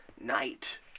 night